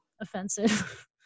offensive